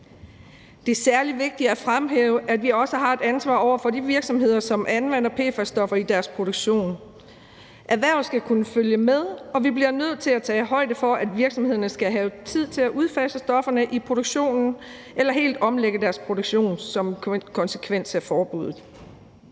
Det er særlig vigtigt at fremhæve, at vi også har et ansvar over for de virksomheder, som anvender PFAS-stoffer i deres produktion. Erhvervet skal kunne følge med, og vi bliver nødt til at tage højde for, at virksomhederne skal have tid til at udfase stofferne i produktionen eller helt omlægge deres produktion som en konsekvens af forbuddet.